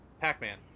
Pac-Man